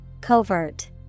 Covert